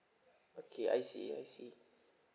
okay I see I see